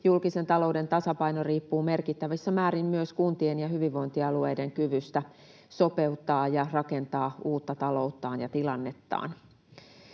Julkisen talouden tasapaino riippuu merkittävissä määrin myös kuntien ja hyvinvointialueiden kyvystä sopeuttaa ja rakentaa uutta talouttaan ja tilannettaan.